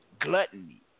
gluttony